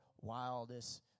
wildest